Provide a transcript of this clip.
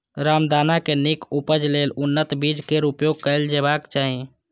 रामदाना के नीक उपज लेल उन्नत बीज केर प्रयोग कैल जेबाक चाही